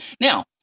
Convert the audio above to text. Now